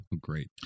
Great